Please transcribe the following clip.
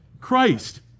Christ